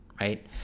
right